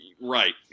right